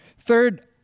Third